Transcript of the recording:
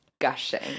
gushing